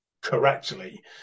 correctly